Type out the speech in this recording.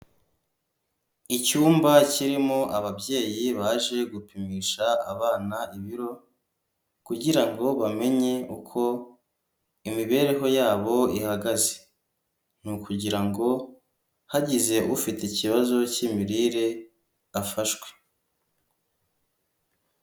Icyumba kirimo ababyeyi baje gupimisha abana ibiro kugira ngo bamenye uko imibereho yabo ihagaze, ni ukugira ngo hagize ufite ikibazo cy'imirire afashwe.